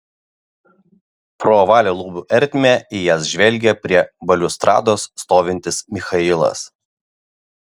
pro ovalią lubų ertmę į jas žvelgė prie baliustrados stovintis michailas